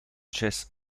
chess